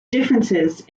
differences